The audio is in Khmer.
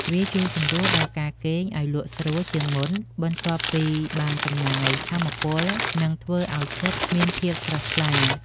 វាជួយសម្រួលដល់ការគេងឱ្យលក់ស្រួលជាងមុន បន្ទាប់ពីបានចំណាយថាមពល និងធ្វើឱ្យចិត្តមានភាពស្រស់ថ្លា។